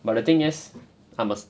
but the thing is I'm a